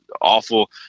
awful